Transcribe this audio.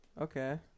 Okay